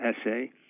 essay